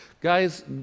Guys